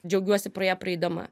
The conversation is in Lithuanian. džiaugiuosi pro ją praeidama